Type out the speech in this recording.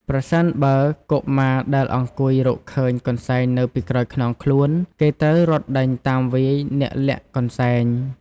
ប្រសិនបើកុមារដែលអង្គុយរកឃើញកន្សែងនៅពីក្រោយខ្នងខ្លួន គេត្រូវរត់ដេញតាមវាយអ្នកលាក់កន្សែង។